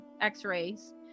x-rays